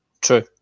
True